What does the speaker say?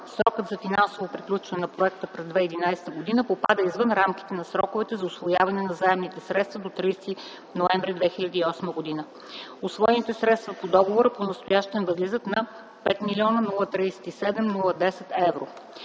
Срокът за финансово приключване на проекта през 2011 г. попада извън рамките на сроковете за усвояване на заемните средства до 30 ноември 2008 г. Усвоените средства по договора понастоящем възлизат на 5 млн. 37 хил.